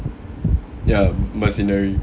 ya mercenary